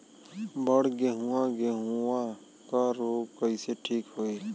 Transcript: बड गेहूँवा गेहूँवा क रोग कईसे ठीक होई?